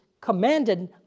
commanded